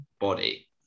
body